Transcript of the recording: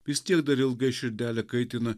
vis tiek dar ilgai širdelę kaitina